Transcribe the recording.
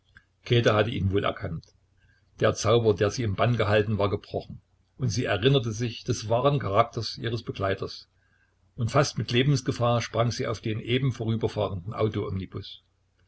käthe hatte ihn wohl erkannt der zauber der sie im bann gehalten war gebrochen und sie erinnerte sich des wahren charakters ihres begleiters und fast mit lebensgefahr sprang sie auf den eben vorüberfahrenden autoomnibus